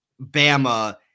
Bama